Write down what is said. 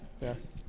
yes